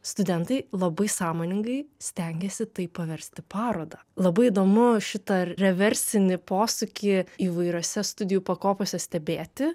studentai labai sąmoningai stengiasi tai paversti paroda labai įdomu šitą reversinį posūkį įvairiose studijų pakopose stebėti